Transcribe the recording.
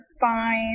fine